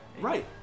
Right